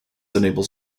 enables